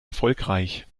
erfolgreich